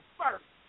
first